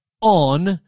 on